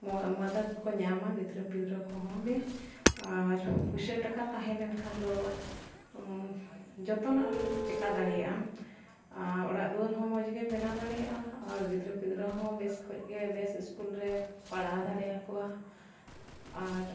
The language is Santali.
ᱢᱚ ᱢᱚᱫᱚᱛ ᱠᱚ ᱧᱟᱢᱟ ᱜᱤᱫᱽᱨᱟᱹ ᱯᱤᱫᱽᱨᱟᱹ ᱠᱚᱦᱚᱸ ᱜᱮ ᱟᱨ ᱯᱚᱭᱥᱟ ᱴᱟᱠᱟ ᱛᱟᱦᱮᱸ ᱞᱮᱱ ᱠᱷᱟᱱ ᱫᱚ ᱡᱷᱚᱛᱚᱱᱟᱜ ᱪᱤᱠᱟᱹ ᱫᱟᱲᱮᱭᱟᱜ ᱟᱢ ᱟᱨ ᱚᱲᱟᱜ ᱫᱩᱣᱟᱹᱨ ᱦᱚᱸ ᱢᱚᱡᱽ ᱜᱮᱢ ᱵᱮᱱᱟᱣ ᱫᱟᱲᱮᱭᱟᱜᱼᱟ ᱟᱨ ᱜᱤᱫᱽᱨᱟᱹ ᱯᱤᱫᱽᱨᱟᱹ ᱦᱚᱸ ᱵᱮᱥ ᱠᱷᱚᱡ ᱜᱮ ᱵᱮᱥ ᱤᱥᱠᱩᱞ ᱨᱮᱢ ᱯᱟᱲᱦᱟᱣ ᱫᱟᱲᱮᱭᱟᱠᱚᱣᱟ ᱟᱨ